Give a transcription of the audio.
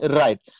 right